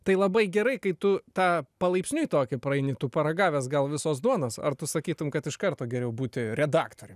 tai labai gerai kai tu tą palaipsniui tokį praeini tu paragavęs gal visos duonos ar tu sakytum kad iš karto geriau būti redaktorium